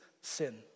sin